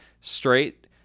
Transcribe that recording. straight